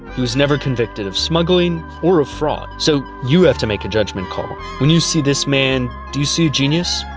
he was never convicted of smuggling or ah fraud. so you have to make a judgment call. when you see this man, do you see a genius?